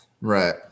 Right